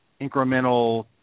incremental